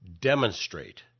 demonstrate